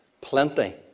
plenty